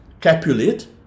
Capulet